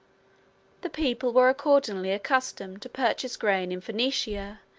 the people were accordingly accustomed to purchase grain in phoenicia,